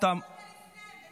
אז חבל שלא נזכרת לפני.